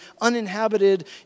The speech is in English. uninhabited